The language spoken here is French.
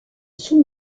sous